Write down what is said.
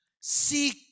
Seek